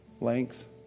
length